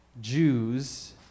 Jews